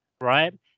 right